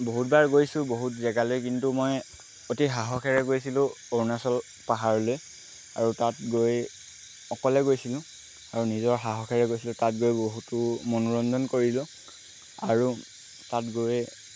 বহুতবাৰ গৈছোঁ বহুত জেগালৈ কিন্তু মই অতি সাহসেৰে গৈছিলোঁ অৰুণাচল পাহাৰলৈ আৰু তাত গৈ অকলে গৈছিলোঁ আৰু নিজৰ সাহসেৰে গৈছিলোঁ তাত গৈ বহুতো মনোৰঞ্জন কৰিলোঁ আৰু তাত গৈয়ে